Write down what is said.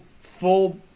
full